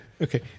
Okay